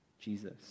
Jesus